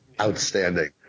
outstanding